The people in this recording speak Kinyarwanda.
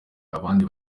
abandi